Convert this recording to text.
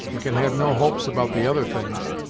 and can have no hopes about the other things.